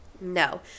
no